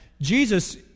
Jesus